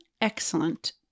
excellent